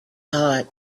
hot